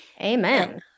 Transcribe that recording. Amen